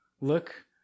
look